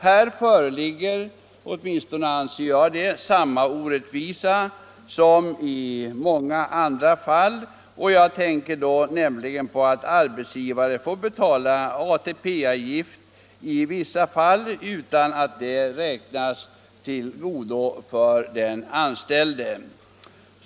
Här föreligger - åtminstone anser jag det — samma orättvisa som i många andra fall, nämligen att arbetsgivare i vissa fall får betala ATP-avgift utan att detta räknas till godo för anställd.